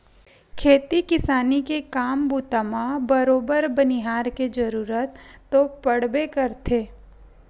खेती किसानी के काम बूता म बरोबर बनिहार के जरुरत तो पड़बे करथे